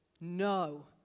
No